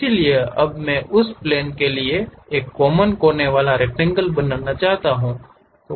इसलिए अब मैं उस प्लेन के लिए एक कॉमन कोने वाला रक्टैंगल बनाना चाहूंगा